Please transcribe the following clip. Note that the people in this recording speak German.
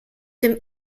dem